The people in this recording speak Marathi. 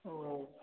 हो